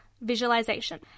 visualization